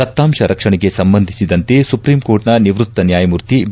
ದತ್ತಾಂಶ ರಕ್ಷಣೆಗೆ ಸಂಬಂಧಿಸಿದಂತೆ ಸುಪ್ರಿಂಕೋರ್ಟ್ನ ನಿವೃತ್ತ ನ್ಯಾಯಮೂರ್ತಿ ಬಿ